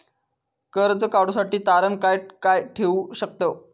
कर्ज काढूसाठी तारण काय काय ठेवू शकतव?